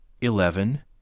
eleven